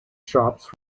shops